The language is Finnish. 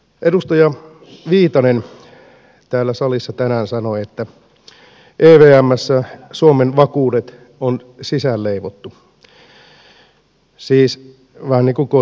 edustaja viitanen täällä salissa tänään sanoi että evmssä suomen vakuudet on sisäänleivottu siis vähän niin kuin kotzone pizza